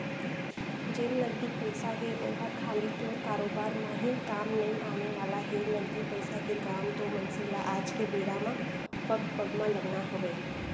जेन नगदी पइसा हे ओहर खाली तोर कारोबार म ही काम नइ आने वाला हे, नगदी पइसा के काम तो मनसे ल आज के बेरा म पग पग म लगना हवय